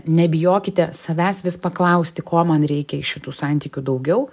nebijokite savęs vis paklausti ko man reikia iš šitų santykių daugiau